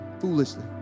foolishly